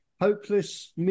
hopeless